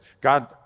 God